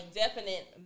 definite